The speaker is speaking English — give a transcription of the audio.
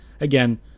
again